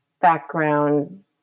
background